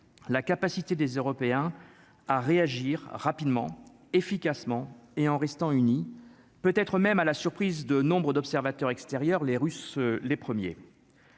la capacité des Européens à réagir rapidement, efficacement et en restant unie, peut être même à la surprise de nombreux observateurs extérieurs, les Russes, les premiers